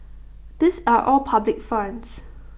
these are all public funds